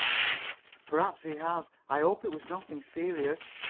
perhaps he has. i hope it was nothing serious.